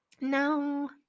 No